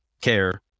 care